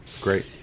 Great